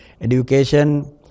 Education